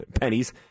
pennies